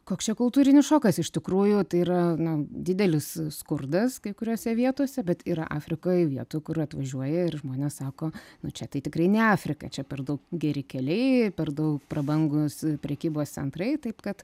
koks čia kultūrinis šokas iš tikrųjų tai yra na didelis skurdas kai kuriose vietose bet yra afrikoje vietų kur atvažiuoja ir žmonės sako nu čia tai tikrai ne afrika čia per daug geri keliai per daug prabangūs prekybos centrai taip kad